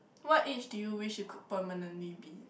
what age do you wish you could permanently be